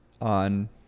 on